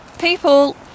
people